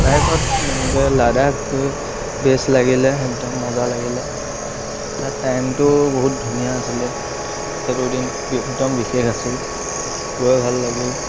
বাইকত এনেকৈ লাদাখ গৈ বেছ লাগিলে একদম মজা লাগিলে তাত টাইমটো বহুত ধুনীয়া আছিলে সেইটো দিন একদম বিশেষ আছিল গৈ ভাল লাগিল